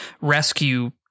rescue